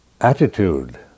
attitude